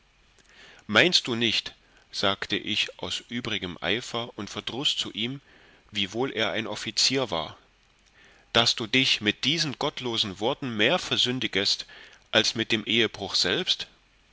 meinest du nicht sagte ich aus übrigem eifer und verdruß zu ihm wiewohl er ein offizier war daß du dich mit diesen gottlosen worten mehr versündigest als mit dem ehebruch selbst